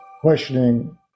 questioning